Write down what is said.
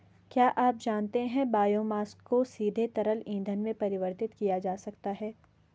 क्या आप जानते है बायोमास को सीधे तरल ईंधन में परिवर्तित किया जा सकता है?